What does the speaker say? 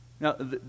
Now